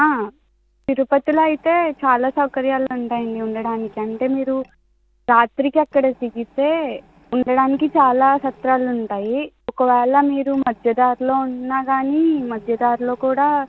తిరుపతిలో అయితే చాలా సౌకర్యాలు ఉంటాయండి ఉండడానికి అంటే మీరు రాత్రికి అక్కడికి దిగితే ఉండడానికి చాలా సత్రాలు ఉంటాయి ఒకవేళ మీరు మధ్యదారిలో ఉన్నా కాని మధ్యదారిలో కూడా